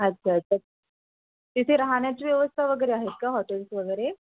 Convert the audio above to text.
अच्छा अच्छा तिथे राहण्याची व्यवस्था वगैरे आहेत का हॉटेल्स वगैरे